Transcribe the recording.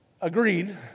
agreed